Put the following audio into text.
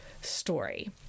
story